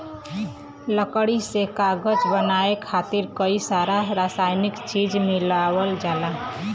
लकड़ी से कागज बनाये खातिर कई सारा रासायनिक चीज मिलावल जाला